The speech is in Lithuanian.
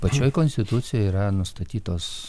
pačioj konstitucijoj yra nustatytos